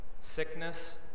sickness